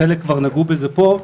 חלק כבר נגעו בזה פה,